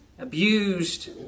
abused